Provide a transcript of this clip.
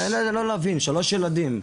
זה לא להאמין, שלושה ילדים.